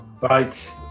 right